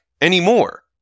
anymore